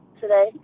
today